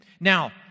Now